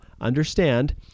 understand